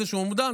איזשהו אומדן,